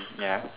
ya